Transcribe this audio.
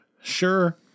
Sure